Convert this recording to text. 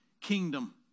kingdom